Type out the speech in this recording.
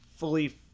Fully